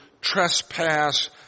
trespass